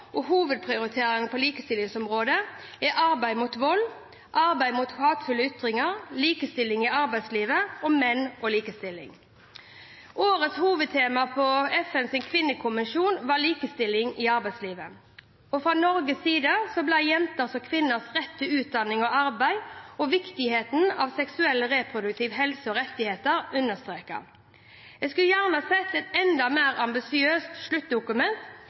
og hovedprioriteringene på likestillingsområdet er arbeid mot vold, arbeid mot hatefulle ytringer, likestilling i arbeidslivet og menn og likestilling. Årets hovedtema på FNs kvinnekommisjon var likestilling i arbeidslivet. Fra Norges side ble jenters og kvinners rett til utdanning og arbeid og viktigheten av seksuell og reproduktiv helse og rettigheter understreket. Jeg skulle gjerne sett et enda mer ambisiøst sluttdokument,